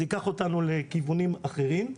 זה ייקח אותנו לכיוונים אחרים.